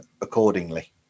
accordingly